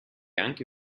anche